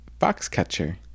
Foxcatcher